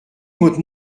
votre